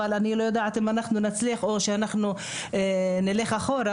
אבל אני לא יודעת אם נצליח או שנלך אחורה,